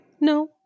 No